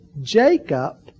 Jacob